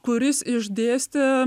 kuris išdėstė